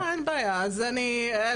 (שקף: הטיות מגדריות ואפליה נתונים של השנים האחרונות).